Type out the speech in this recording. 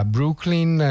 Brooklyn